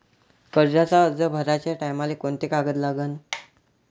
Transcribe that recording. कर्जाचा अर्ज भराचे टायमाले कोंते कागद लागन?